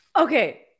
Okay